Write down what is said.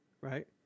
right